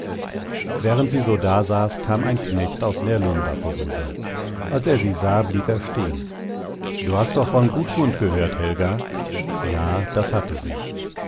während sie so dasaß kam ein knecht aus närlunda vorüber als er sie sah blieb er stehen du hast doch von gudmund gehört helga ja das hatte sie